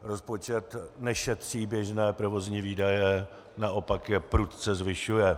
Rozpočet nešetří běžné provozní výdaje, naopak je prudce zvyšuje.